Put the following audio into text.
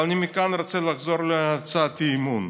אבל אני מכאן רוצה לחזור להצעת האי-אמון.